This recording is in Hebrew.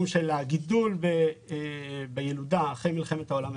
הגידול בילודה אחרי מלחמת העולם השנייה.